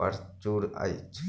प्रचुर अछि